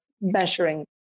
measuring